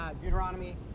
Deuteronomy